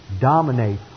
dominate